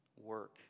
work